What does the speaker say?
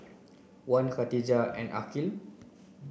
Wan Katijah and Aqil